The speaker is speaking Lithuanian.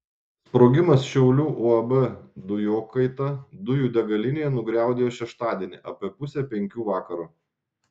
sprogimas šiaulių uab dujokaita dujų degalinėje nugriaudėjo šeštadienį apie pusę penkių vakaro